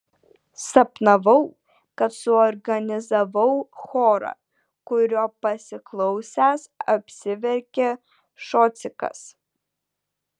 sapnavau kad suorganizavau chorą kurio pasiklausęs apsiverkė šocikas